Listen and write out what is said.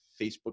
Facebook